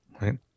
Right